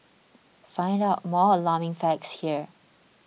find out more alarming facts here